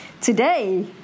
Today